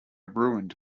ruined